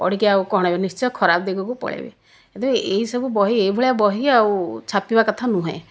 ପଢ଼ିକି ଆଉ କ'ଣ ହେବେ ନିଶ୍ଚୟ ଖରାପ ଦିଗକୁ ପଳେଇବେ ସେଥିପାଇଁ ଏଇସବୁ ବହି ଏଇ ଭଳିଆ ବହି ଆଉ ଛାପିବା କଥା ନୁହେଁ